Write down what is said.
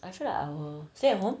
I feel like I will stay at home